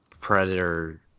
predator